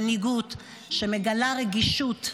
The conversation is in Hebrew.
מנהיגות שמגלה רגישות,